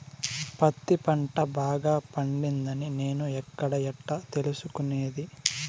పత్తి పంట బాగా పండిందని నేను ఎక్కడ, ఎట్లా తెలుసుకునేది?